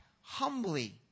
humbly